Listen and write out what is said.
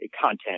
content